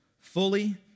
fully